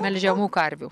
melžiamų karvių